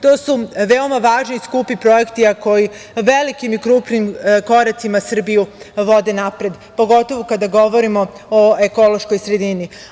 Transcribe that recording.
To su veoma važni i skupi projekti koji velikim i krupnim koracima Srbiju vode napred, pogotovo kada govorimo o ekološkoj sredini.